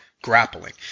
Grappling